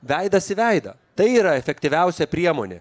veidas į veidą tai yra efektyviausia priemonė